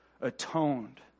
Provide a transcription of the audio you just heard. atoned